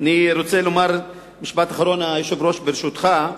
אני רוצה לומר משפט אחרון, היושב-ראש, ברשותך.